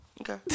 Okay